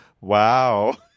wow